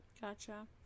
Gotcha